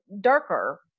darker